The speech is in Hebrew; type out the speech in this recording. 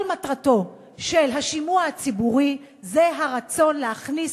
כל מטרתו של השימוע הציבורי היא הרצון להכניס